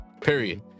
Period